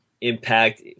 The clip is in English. impact